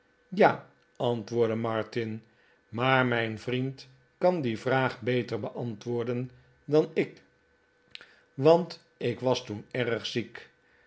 ja antwoordde martin maar mijn vriend kan die vraag beter beantwoorden dan ik want ik was toen erg ziek